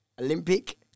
Olympic